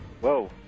Whoa